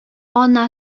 ана